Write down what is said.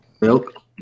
Milk